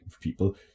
people